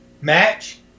match